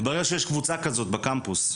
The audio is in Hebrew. מתברר שיש קבוצה כזאת בקמפוס,